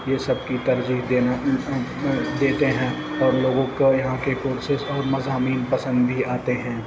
یہ سب کی ترجیح دینا دیتے ہیں اور لوگوں کو یہاں کے کورسیز اور مضامین پسند بھی آتے ہیں